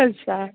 अच्छा